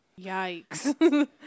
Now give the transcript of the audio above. Yikes